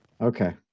Okay